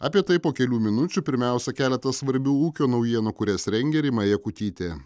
apie tai po kelių minučių pirmiausia keletas svarbių ūkio naujienų kurias rengė rima jakutytė